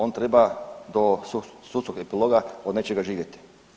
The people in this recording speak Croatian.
On treba do sudskog epiloga od nečega živjeti.